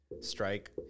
strike